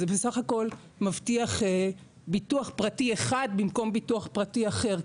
זה בסף הכל מבטיח ביטוח פרטי אחד במקום ביטוח פרטי אחר.